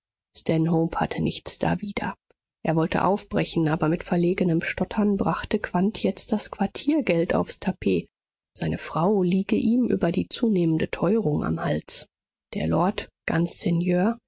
hatte nichts dawider er wollte aufbrechen aber mit verlegenem stottern brachte quandt jetzt das quartiergeld aufs tapet seine frau liege ihm über die zunehmende teuerung am hals der lord ganz